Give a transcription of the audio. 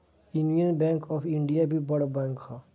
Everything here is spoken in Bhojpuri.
यूनियन बैंक ऑफ़ इंडिया भी बड़ बैंक हअ